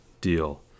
Deal